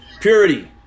Purity